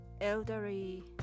elderly